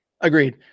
Agreed